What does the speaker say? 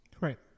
Right